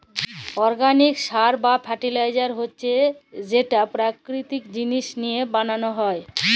organic সার বা fertiliser হছে যেট পাকিতিক জিলিস লিঁয়ে বালাল হ্যয়